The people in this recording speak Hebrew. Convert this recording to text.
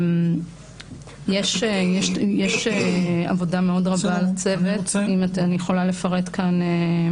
יש עבודה מאוד רבה לצוות, אני יכולה לפרט כאן.